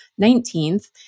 19th